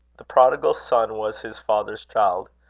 the prodigal son was his father's child.